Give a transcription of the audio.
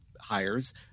hires